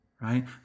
right